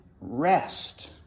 rest